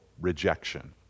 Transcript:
rejection